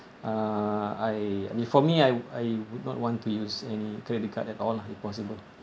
uh I for me I I would not want to use any credit card at all lah if possible